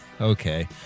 okay